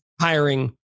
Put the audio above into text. hiring